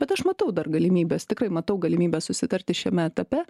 bet aš matau dar galimybes tikrai matau galimybę susitarti šiame etape